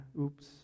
Oops